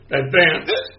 advanced